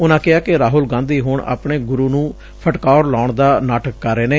ਉਨਾਂ ਕਿਹਾ ਕਿ ਰਾਹੁਲ ਗਾਂਧੀ ਹੁਣ ਆਏ ਗੁਰੁ ਨੁੰ ਫਟਕਾਰ ਲਾਉਣ ਦਾ ਨਾਟਕ ਕਰ ਰਹੇ ਨੇ